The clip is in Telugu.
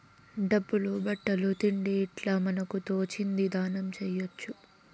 డబ్బులు బట్టలు తిండి ఇట్లా మనకు తోచింది దానం చేయొచ్చు